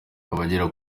abagera